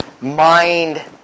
mind